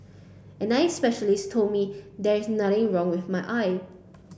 an eye specialist told me there is nothing wrong with my eye